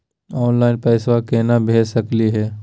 Online पैसवा केना भेज सकली हे?